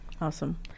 awesome